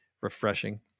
refreshing